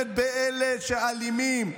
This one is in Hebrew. נלחמת באלה שאלימים.